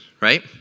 right